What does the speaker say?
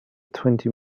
twenty